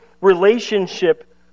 relationship